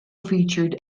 featured